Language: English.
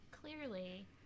Clearly